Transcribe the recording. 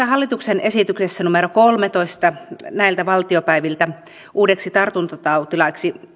hallituksen esitys numero kolmeltatoista näiltä valtiopäiviltä uudeksi tartuntatautilaiksi